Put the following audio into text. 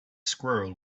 squirrel